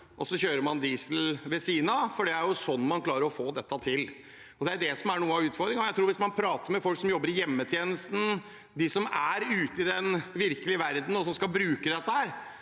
og så kjører man diesel ved siden av, for det er sånn man klarer å få dette til. Det er det som er noe av utfordringen. Jeg tror at hvis man prater med folk som jobber i hjemmetjenesten, de som er ute i den virkelige verden og skal bruke dette,